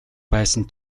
байсан